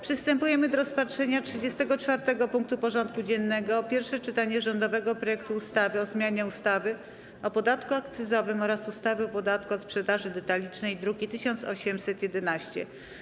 Przystępujemy do rozpatrzenia punktu 34. porządku dziennego: Pierwsze czytanie rządowego projektu ustawy o zmianie ustawy o podatku akcyzowym oraz ustawy o podatku od sprzedaży detalicznej (druk nr 1811)